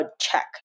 check